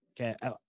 Okay